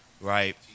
right